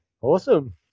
Awesome